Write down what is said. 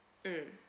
mm